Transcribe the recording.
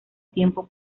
tiempo